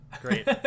Great